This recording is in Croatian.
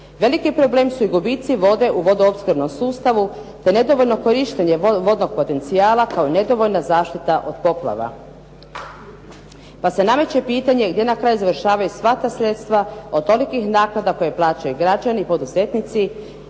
Veliki problem su i gubici vode u vodoopskrbnom sustavu, te nedovoljno korištenje vodnog potencijala kao nedovoljna zaštita od poplava. Pa se nameće pitanje gdje na kraju završavaju sva ta sredstva od tolikih naknada koje plaćaju građani i poduzetnici,